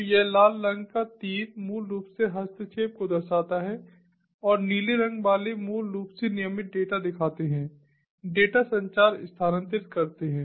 तो यह लाल रंग का तीर मूल रूप से हस्तक्षेप को दर्शाता है और नीले रंग वाले मूल रूप से नियमित डेटा दिखाते हैं डेटा संचार स्थानांतरित करते हैं